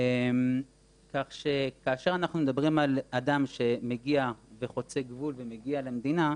כך שכאשר אנחנו מדברים על אדם שמגיע וחוצה גבול ומגיע למדינה,